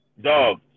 dog